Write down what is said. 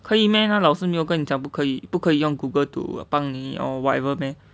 可以 meh 那老师没有跟你讲不可以不可以用 google to 帮你 or whatever meh